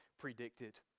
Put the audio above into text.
predicted